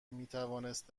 میتوانست